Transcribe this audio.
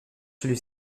celui